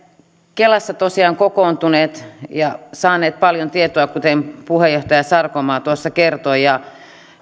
kelassa tosiaan kokoontuneet ja saaneet paljon tietoa kuten puheenjohtaja sarkomaa tuossa kertoi